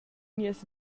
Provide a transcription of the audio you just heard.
nies